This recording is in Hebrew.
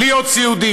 להיות סיעודי.